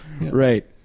right